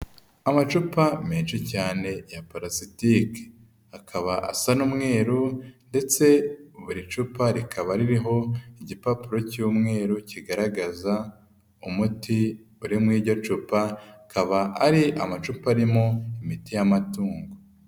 Amacupa menshi cyane ya palasitike, akaba asa n'umweruru ndetse buri cupa rikaba ririho igipapuro cy'umweru kigaragaza umuti uririmo iryo cupa, akaba ari amacupa arimo imiti y'amatungo.